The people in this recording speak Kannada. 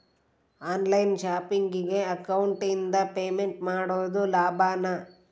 ಆನ್ ಲೈನ್ ಶಾಪಿಂಗಿಗೆ ಅಕೌಂಟಿಂದ ಪೇಮೆಂಟ್ ಮಾಡೋದು ಲಾಭಾನ?